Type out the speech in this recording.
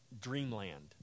dreamland